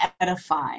edify